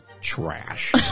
Trash